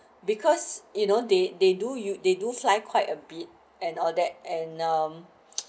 because you know they they do you they do fly quite a bit and all that and um